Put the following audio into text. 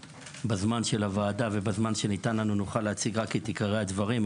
בזמן שניתן לנו כאן בוועדה אנחנו נוכל להציג רק את עיקרי הדברים.